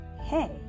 hey